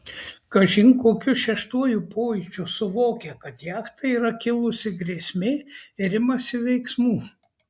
kažin kokiu šeštuoju pojūčiu suvokia kad jachtai yra kilusi grėsmė ir imasi veiksmų